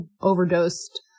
overdosed